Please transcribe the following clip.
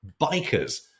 bikers